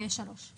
הוא 571חכ/3.